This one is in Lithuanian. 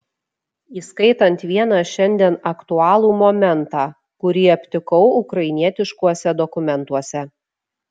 įskaitant vieną šiandien aktualų momentą kurį aptikau ukrainietiškuose dokumentuose